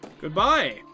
goodbye